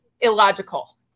illogical